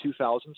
2000s